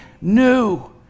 new